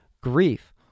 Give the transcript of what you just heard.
grief